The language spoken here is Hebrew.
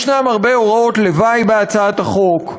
יש הרבה הוראות לוואי בהצעת החוק,